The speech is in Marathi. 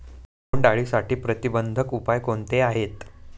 बोंडअळीसाठी प्रतिबंधात्मक उपाय कोणते आहेत?